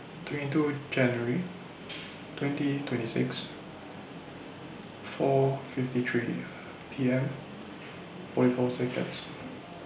twenty two January twenty twenty six four fifty three P M forty four Seconds